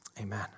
Amen